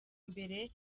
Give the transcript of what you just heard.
imbere